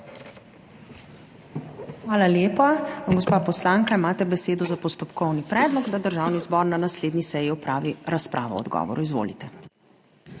Hvala. Gospod Horvat, imate besedo za postopkovni predlog, da Državni zbor na naslednji seji opravi razpravo o odgovoru ministra.